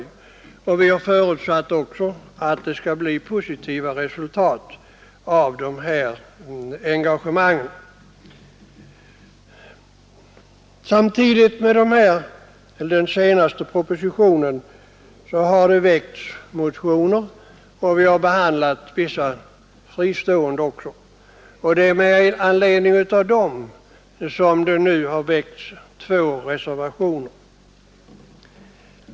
Utskottet har också förutsatt att det skall bli positiva resultat av detta engagemang. Samtidigt med den senaste propositionen har det väckts motioner. Vi har även behandlat vissa fristående motioner, och det är med anledning av dem som det nu finns två reservationer.